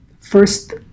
first